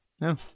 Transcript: No